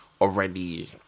already